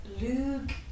Lug